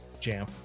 Jam